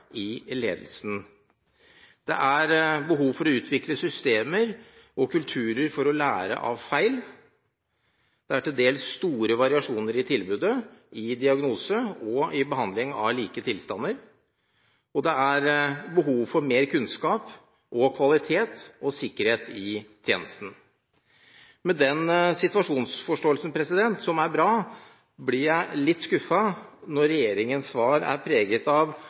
i ledelsen. Det er behov for å utvikle systemer og kulturer for å lære av feil. Det er til dels store variasjoner i tilbudet, i diagnostikk og behandling av like tilstander. Det er behov for mer kunnskap om kvalitet og sikkerhet i tjenesten.» Med den situasjonsforståelsen, som er bra, blir jeg litt skuffet når regjeringens svar er preget av